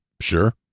Sure